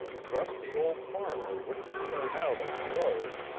crusty old farmer wouldn't turn out on the road,